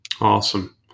awesome